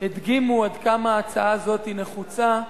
הדגימו עד כמה ההצעה הזאת נחוצה,